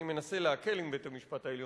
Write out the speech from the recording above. אני מנסה להקל עם בית-המשפט העליון,